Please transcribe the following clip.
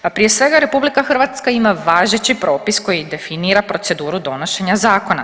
Pa prije svega RH ima važeći propis koji definira proceduru donošenja zakona.